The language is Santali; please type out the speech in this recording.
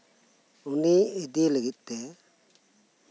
ᱩᱱᱤ ᱤᱫᱤ ᱞᱟᱹᱜᱤᱫ ᱛᱮ